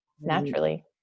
Naturally